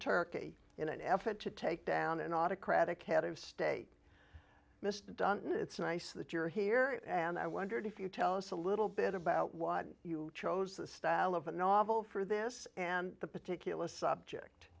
turkey in an effort to take down an autocratic head of state mr dunne it's nice that you're here and i wondered if you tell us a little bit about what you chose the style of the novel for this and the particular subject